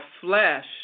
flesh